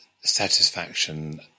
satisfaction